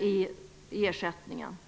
i sjukförsäkringsersättningen.